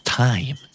time